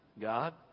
God